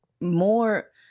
more